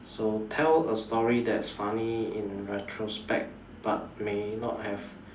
so tell a story that's funny in retrospect but may not have